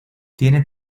tiene